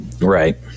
Right